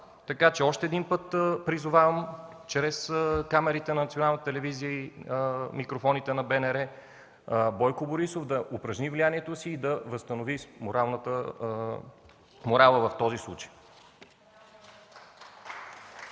Така че още един път призовавам чрез камерите на Националната телевизия и микрофоните на БНР Бойко Борисов да упражни влиянието си и да възстанови морала в този случай.